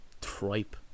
tripe